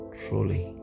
truly